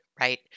right